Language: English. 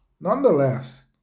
Nonetheless